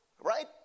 right